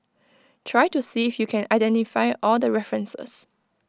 try to see if you can identify all the references